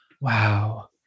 Wow